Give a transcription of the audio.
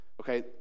Okay